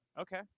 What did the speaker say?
Okay